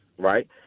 right